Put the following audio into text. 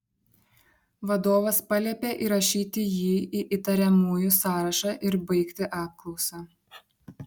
vadovas paliepė įrašyti jį į įtariamųjų sąrašą ir baigti apklausą